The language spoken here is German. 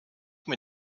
mir